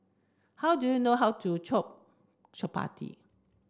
how do you know how to Chapati